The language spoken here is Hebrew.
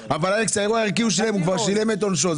הוא כבר ריצה את עונשו.